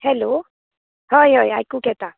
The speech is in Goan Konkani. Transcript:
हॅलो होय होय आयकूंक येता